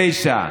תשע,